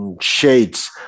shades